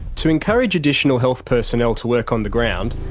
to encourage additional health personnel to work on the ground,